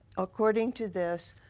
according to this,